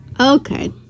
Okay